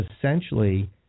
essentially